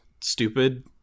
stupid